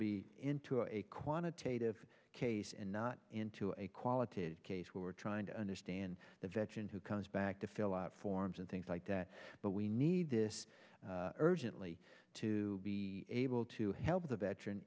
be into a quantitative case and not into a qualitative case where we're trying to understand the veteran who comes back to fill out forms and things like that but we need this urgently to be able to help the veteran